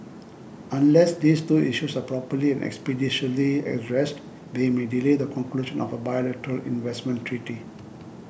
unless these two issues are properly and expeditiously addressed they may delay the conclusion of a bilateral investment treaty